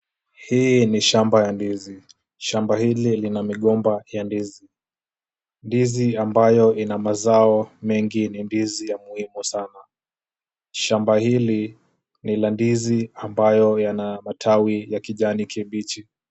Hii ni shamba ya ndizi. Shamba hili lina migomba ya ndizi, ndizi ambayo ina mazao mengi, ndizi ya muhimu sana. Shamba hili ni la ndizi ambayo yana matawi ya kijani kibichi.